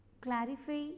clarify